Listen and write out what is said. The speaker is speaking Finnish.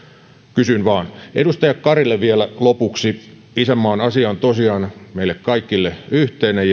kysyn vain edustaja karille vielä lopuksi isänmaan asia on tosiaan meille kaikille yhteinen